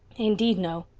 indeed, no!